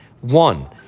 One